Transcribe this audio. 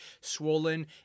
swollen